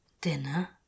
Dinner